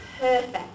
perfect